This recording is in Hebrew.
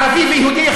ערבי ויהודי,